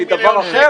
או מדבר אחר.